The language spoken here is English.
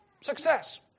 Success